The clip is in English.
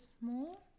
small